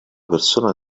persona